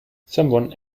someone